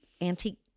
antique